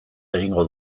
egingo